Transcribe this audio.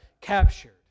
captured